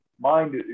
mind